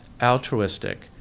altruistic